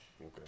Okay